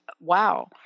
wow